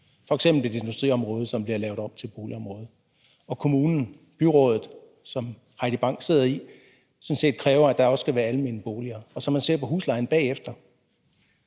f.eks. et industriområde, som bliver lavet om til boligområde – og kommunen, byrådet, som Heidi Bank sidder i, sådan set kræver, at der også skal være almene boliger, så synes jeg, hvis man så ser på huslejen bagefter,